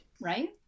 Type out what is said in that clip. right